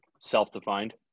Self-defined